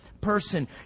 person